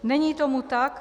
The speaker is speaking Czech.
Není tomu tak.